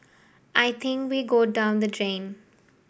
I think we'd go down the drain